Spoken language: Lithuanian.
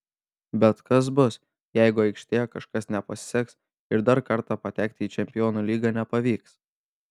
bet kas bus jeigu aikštėje kažkas nepasiseks ir dar kartą patekti į čempionų lygą nepavyks